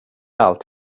allt